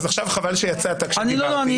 חבל שיצאת כשדיברתי.